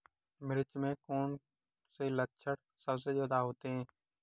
मिर्च में कौन से लक्षण सबसे ज्यादा होते हैं?